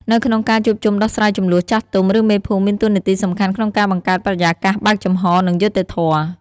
នៅក្នុងការជួបជុំដោះស្រាយជម្លោះ ចាស់ទុំ ឬមេភូមិមានតួនាទីសំខាន់ក្នុងការបង្កើតបរិយាកាសបើកចំហ និងយុត្តិធម៌។